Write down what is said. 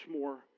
more